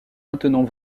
maintenant